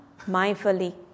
mindfully